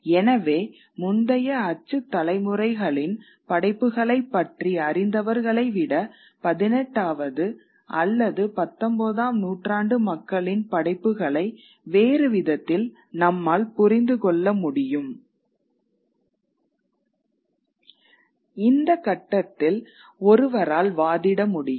எனவே முந்தைய அச்சு தலைமுறைகளின் படைப்புகளைப் பற்றி அறிந்தவர்களை விட 18 வது அல்லது 19 ஆம் நூற்றாண்டு மக்களின் படைப்புகளை வேறு விதத்தில் நம்மால் புரிந்து கொள்ள முடியும் இந்த கட்டத்தில் ஒருவரால் வாதிட முடியும்